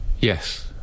Yes